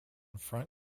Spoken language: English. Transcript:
front